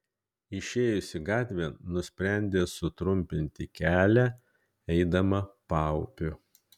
išėjusi gatvėn nusprendė sutrumpinti kelią eidama paupiu